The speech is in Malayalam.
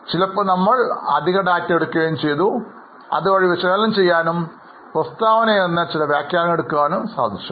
ചിലപ്പോൾ നമ്മൾ ചില അധിക ഡാറ്റ എടുക്കുകയും ചെയ്തു അതുവഴി വിശകലനം ചെയ്യാനും പ്രസ്താവനയിൽ നിന്ന് ചില വ്യാഖ്യാനങ്ങൾ എടുക്കാനും കഴിയും